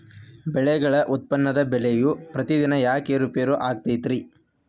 ಬೆಳೆಗಳ ಉತ್ಪನ್ನದ ಬೆಲೆಯು ಪ್ರತಿದಿನ ಯಾಕ ಏರು ಪೇರು ಆಗುತ್ತೈತರೇ?